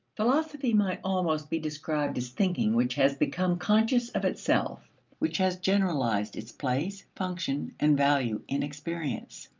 philosophy might almost be described as thinking which has become conscious of itself which has generalized its place, function, and value in experience.